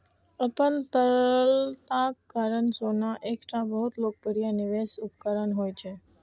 अपन तरलताक कारण सोना एकटा बहुत लोकप्रिय निवेश उपकरण होइ छै